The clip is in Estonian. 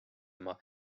oma